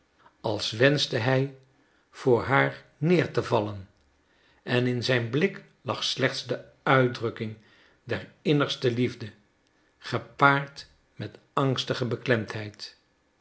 als wenschte hij voor haar neer te vallen en in zijn blik lag slechts de uitdrukking der innigste liefde gepaard met angstige beklemdheid